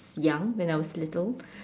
young when I was little